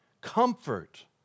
comfort